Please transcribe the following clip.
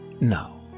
No